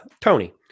Tony